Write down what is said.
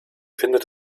findet